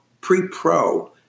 pre-pro